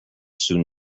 soon